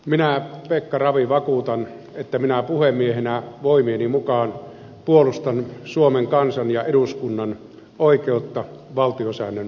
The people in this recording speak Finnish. minä ja pekka ravi vakuutan että minä puhemiehenä voimieni mukaan puolustan suomen kansan ja eduskunnan oikeutta valtiossa on